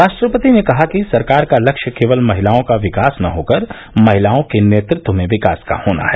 राष्ट्रपति ने कहा कि सरकार का लक्ष्य केवल महिलाओं का विकास न होकर महिलाओं के नेतृत्व में विकास का होना है